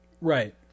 right